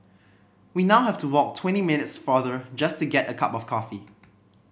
we now have to walk twenty minutes farther just to get a cup of coffee